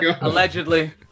allegedly